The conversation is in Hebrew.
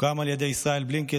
הוקם על ידי ישראל בלקינד,